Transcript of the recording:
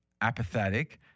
apathetic